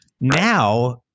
Now